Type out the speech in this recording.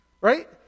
Right